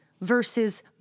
versus